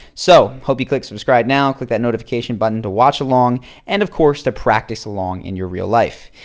so i hope you click subscribe now, and click that notification button to watch along and of course, to practice along in your real life.